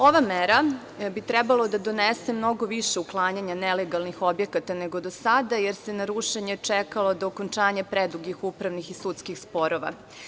Ova mera bi trebalo da donese mnogo više uklanjanja nelegalnih objekata nego do sada, jer se na rušenje čekalo do okončanja predugih upravnih i sudskih sporova.